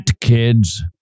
kids